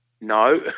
No